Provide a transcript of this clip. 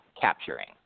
capturing